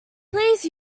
please